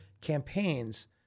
campaigns